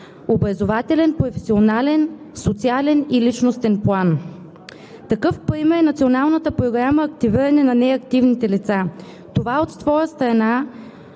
образователен, професионален, социален и личностен план. Такъв пример е Националната програма „Активиране на неактивни лица“. Това от своя страна